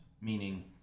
meaning